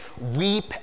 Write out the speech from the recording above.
weep